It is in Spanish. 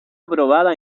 aprobada